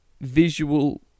visual